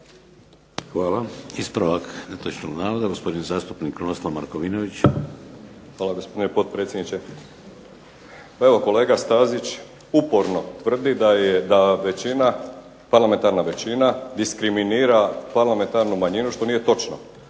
Hvala. Ispravak netočnog navoda, gospodin zastupnik Krunoslav Markovinović. **Markovinović, Krunoslav (HDZ)** Hvala, gospodine potpredsjedniče. Kolega Stazić uporno tvrdi da parlamentarna većina diskriminira parlamentarnu manjinu što nije točno.